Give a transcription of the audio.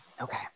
okay